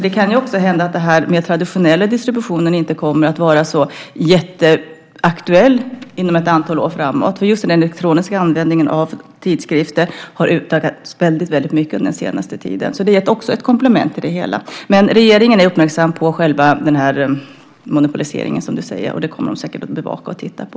Det kan hända att traditionell distribution inte kommer att vara så jätteaktuell inom ett antal år framåt. Just den elektroniska användningen av tidskrifter har utökats väldigt mycket under den senaste tiden. Det är också ett komplement till det hela. Men regeringen är uppmärksam på själva monopoliseringen, som du nämner. Det kommer den säkert att bevaka och titta på.